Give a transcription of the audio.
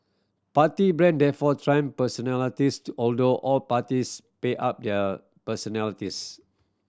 party brand therefore trump personalities to although all parties pay up their personalities